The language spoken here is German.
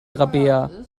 rabea